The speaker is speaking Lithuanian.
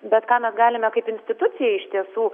bet ką mes galime kaip institucija iš tiesų